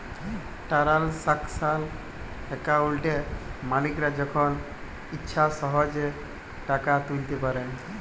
টারালসাকশাল একাউলটে মালিকরা যখল ইছা সহজে টাকা তুইলতে পারে